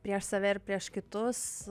prieš save ir prieš kitus